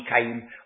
came